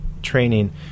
training